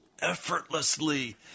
effortlessly